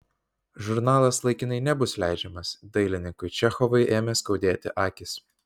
žurnalas laikinai nebus leidžiamas dailininkui čechovui ėmė skaudėti akys